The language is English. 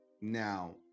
now